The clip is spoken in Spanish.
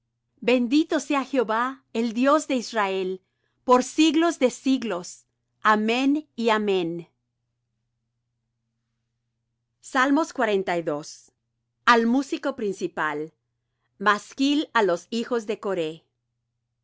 bendito sea jehová el dios de israel por siglos de siglos amén y amén al músico principal masquil á los hijos de coré